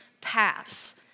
paths